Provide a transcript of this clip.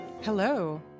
Hello